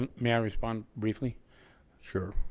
um may i respond briefly sure,